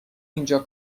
اینجا